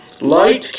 Light